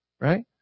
Right